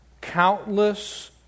countless